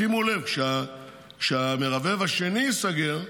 שימו לב, כשהמרבב השני ייסגר,